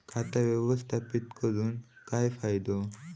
खाता व्यवस्थापित करून काय फायदो?